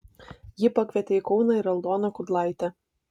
ji pakvietė į kauną ir aldoną kudlaitę